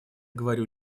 говорю